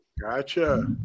Gotcha